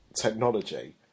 technology